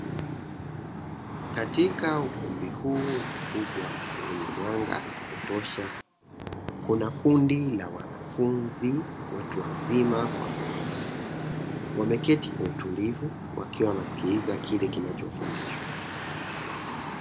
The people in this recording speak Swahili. Katika ukumbi huu mkubwa wenye mwanga wa kutosha, kuna kundi la wanafunzi watu wazima kwa vijana; wameketi kwa utulivu wakiwa wanasikiliza kile kinachofundishwa.